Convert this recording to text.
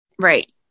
Right